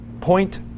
point